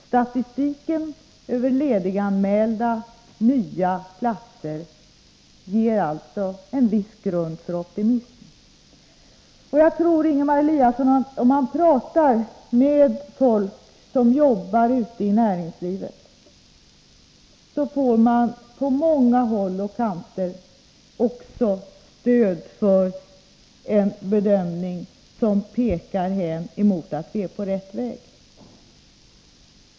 Statistiken över lediganmälda nya platser ger alltså en viss grund för optimism. Jag tror, Ingemar Eliasson, att om man talar med folk som arbetar ute i näringslivet, får man på många håll stöd för bedömningen att vi är på rätt väg.